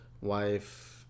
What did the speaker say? wife